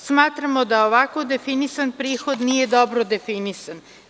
Smatramo da ovako definisan prihod nije dobro definisan.